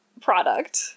product